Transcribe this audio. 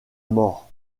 mort